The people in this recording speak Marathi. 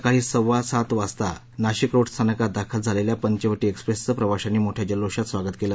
सकाळी सव्वा सात वाजता नाशिकरोड स्थानकात दाखल झालेल्या पंचवटी एक्सप्रेसचं प्रवाशांनी मोठ्या जलौषात स्वागत केलं